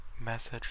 message